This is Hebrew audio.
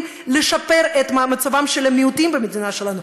לשפר את מצבם של המיעוטים במדינה שלנו,